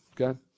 okay